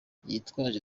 yitwaje